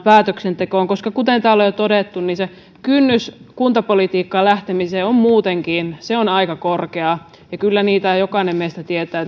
päätöksentekoon koska kuten täällä on jo todettu se kynnys kuntapolitiikkaan lähtemiseen on muutenkin aika korkea ja kyllä jokainen meistä tietää